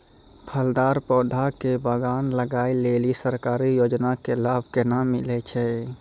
फलदार पौधा के बगान लगाय लेली सरकारी योजना के लाभ केना मिलै छै?